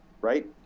right